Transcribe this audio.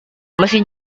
mesin